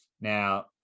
Now